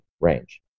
range